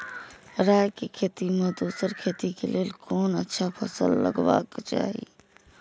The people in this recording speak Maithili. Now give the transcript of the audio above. राय के खेती मे दोसर खेती के लेल कोन अच्छा फसल लगवाक चाहिँ?